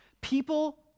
People